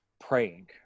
praying